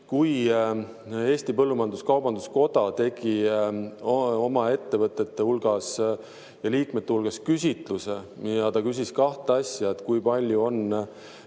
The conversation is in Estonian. Kui Eesti Põllumajandus-Kaubanduskoda tegi oma ettevõtete hulgas ja liikmete hulgas küsitluse ja ta küsis, kui palju on